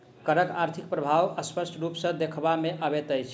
करक आर्थिक प्रभाव स्पष्ट रूप सॅ देखबा मे अबैत अछि